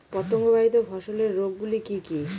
পতঙ্গবাহিত ফসলের রোগ গুলি কি কি?